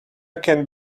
can